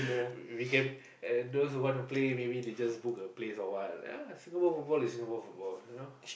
we we can those who wanna play maybe they just book a place or what you know Singapore football is just Singapore football you know